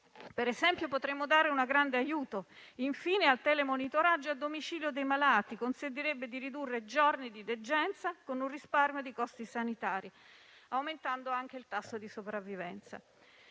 potremmo, infine, dare un grande aiuto al telemonitoraggio a domicilio dei malati, che consentirebbe di ridurre giorni di degenza, con un risparmio di costi sanitari, aumentando anche il tasso di sopravvivenza.